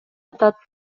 атат